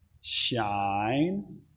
shine